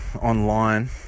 online